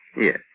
Yes